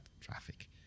traffic